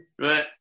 Right